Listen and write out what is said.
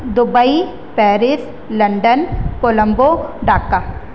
Dubai Paris London Colombo Dhaka